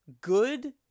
Good